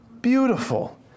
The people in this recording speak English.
beautiful